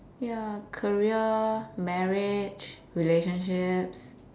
ya career marriage relationships